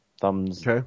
Thumbs